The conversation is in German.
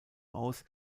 aus